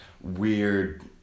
weird